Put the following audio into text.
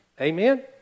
Amen